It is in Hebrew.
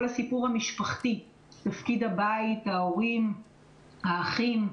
כל הסיפור המשפחתי, תפקיד הבית, ההורים, האחים,